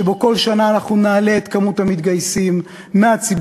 ובכל שנה אנחנו נעלה את מספר המתגייסים מהציבור